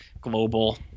global